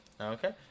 Okay